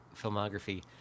filmography